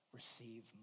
receive